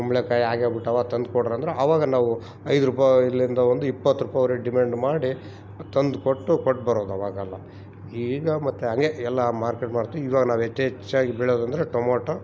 ಕುಂಬ್ಳಕಾಯಿ ಹಾಗೇ ಬಿಟ್ಟಾವ ತಂದು ಕೊಡ್ರೊ ಅಂದರೆ ಅವಾಗ ನಾವು ಐದು ರೂಪಾಯಿಲಿಂದ ಒಂದು ಇಪ್ಪತ್ತು ರೂಪೈ ಅವ್ರಿಗೆ ಡಿಮಾಂಡ್ ಮಾಡಿ ತಂದು ಕೊಟ್ಟು ಕೊಟ್ಬರೋದ್ ಅವಾಗೆಲ್ಲ ಈಗ ಮತ್ತು ಹಂಗೆ ಎಲ್ಲ ಮಾರ್ಕೆಟ್ ಮಾಡ್ತಿವಿ ಇವಾಗ ನಾವು ಹೆಚ್ಚೆಚ್ಚಾಗಿ ಬೆಳೆಯೋದಂದ್ರೆ ಟಮಟೊ